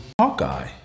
Hawkeye